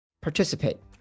Participate